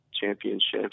championships